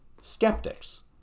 skeptics